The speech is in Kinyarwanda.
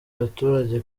abaturage